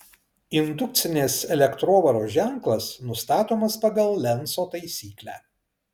indukcinės elektrovaros ženklas nustatomas pagal lenco taisyklę